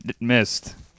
missed